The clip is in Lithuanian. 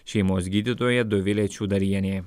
šeimos gydytoja dovilė čiūdarienė